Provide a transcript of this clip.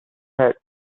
had